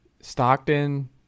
Stockton